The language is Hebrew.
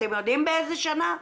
אתם יודעים באיזה שנה?